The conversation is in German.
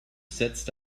setzte